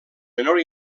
menor